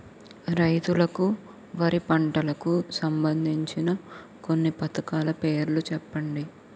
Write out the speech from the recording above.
రైతులకు వారి పంటలకు సంబందించిన కొన్ని పథకాల పేర్లు చెప్పండి?